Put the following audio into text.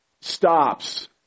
stops